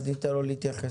אז ניתן לו להתייחס.